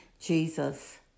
Jesus